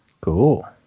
cool